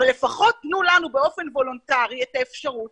אבל לפחות תנו לנו באופן וולונטרי את האפשרות